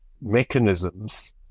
mechanisms